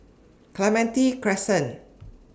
Clementi Crescent